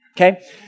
Okay